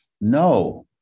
No